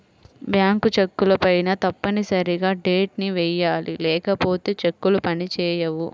bank చెక్కులపైన తప్పనిసరిగా date ని వెయ్యాలి లేకపోతే చెక్కులు పని చేయవు